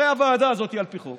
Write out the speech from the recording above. הרי הוועדה הזאת על פי חוק